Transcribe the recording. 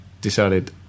decided